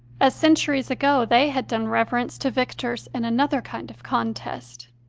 as centuries ago they had done reverence to victors in another kind of contest.